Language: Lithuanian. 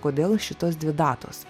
kodėl šitos dvi datos